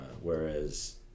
Whereas